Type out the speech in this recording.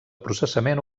processament